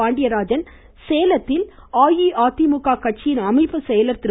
பாண்டியராஜன் சேலத்தில் கட்சியின் அமைப்பு செயலர் திரு